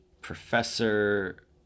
professor